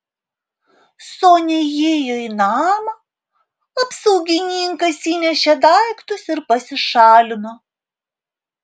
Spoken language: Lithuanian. sonia įėjo į namą apsaugininkas įnešė daiktus ir pasišalino